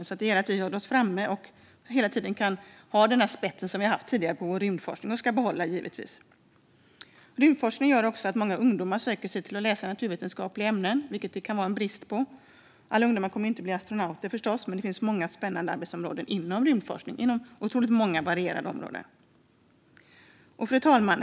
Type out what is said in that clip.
Därför måste vi hela tiden hålla oss framme för att behålla vår spets inom rymdforskningen. Rymdforskning lockar även många ungdomar att läsa naturvetenskapliga ämnen. Alla kommer förstås inte att bli astronauter, men här finns många spännande arbeten inom många olika områden. Fru talman!